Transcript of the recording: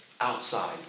outside